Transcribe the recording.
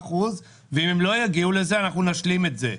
5% ואם הם לא יגיעו לזה אנחנו נשלים את זה.